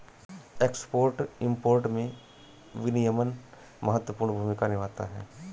export import में विनियमन महत्वपूर्ण भूमिका निभाता है